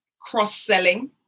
cross-selling